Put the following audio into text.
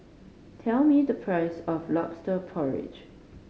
tell me the price of Lobster Porridge